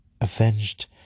avenged